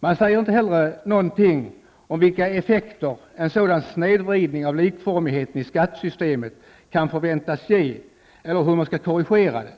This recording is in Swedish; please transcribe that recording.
Man säger inte heller någonting om vilka effekter en sådan snedvridning av likformigheten i skattesystemet kan förväntas ge eller hur man skall korrigera dem.